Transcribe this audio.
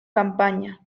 campaña